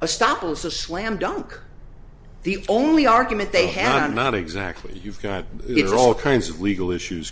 a stop it was a slam dunk the only argument they have not exactly you've got it all kinds of legal issues